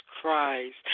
Christ